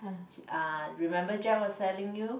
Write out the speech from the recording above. uh remember Jack was telling you